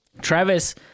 Travis